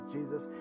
Jesus